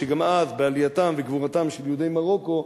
שגם אז בעלייתם וגבורתם של יהודי מרוקו,